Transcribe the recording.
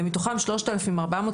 ומתוכם 3,400,